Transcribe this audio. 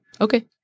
okay